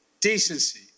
Decency